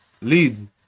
lead